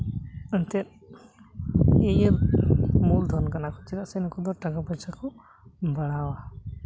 ᱮᱱᱛᱮᱜ ᱤᱭᱟᱹ ᱢᱩᱞ ᱫᱷᱚᱱ ᱠᱟᱱᱟᱠᱚ ᱪᱮᱫᱟᱜ ᱥᱮ ᱱᱩᱠᱩ ᱫᱚ ᱴᱟᱠᱟ ᱯᱚᱭᱥᱟ ᱠᱚ ᱵᱟᱲᱦᱟᱣᱟ